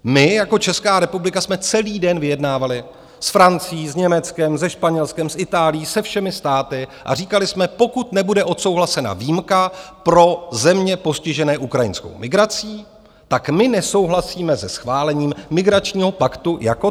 My jako Česká republika jsme celý den vyjednávali s Francií, s Německem, se Španělskem, s Itálií, se všemi státy a říkali jsme: pokud nebude odsouhlasena výjimka pro země postižené ukrajinskou migrací, tak my nesouhlasíme se schválením migračního paktu jako celku.